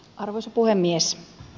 arvoisa puhemies